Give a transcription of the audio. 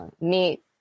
meet